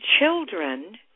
children